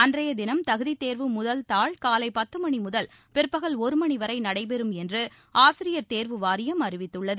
அன்றையதினம் தகுதி தேர்வு முதல் தாள் காலை பத்து மணி முதல் பிற்பகல் ஒரு மணி வரை நடைபெறும் என்று ஆசிரியர் தேர்வு வாரியம் அறிவித்துள்ளது